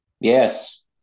Yes